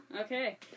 Okay